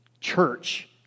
church